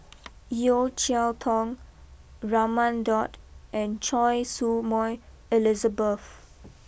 Yeo Cheow Tong Raman Daud and Choy Su Moi Elizabeth